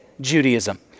Judaism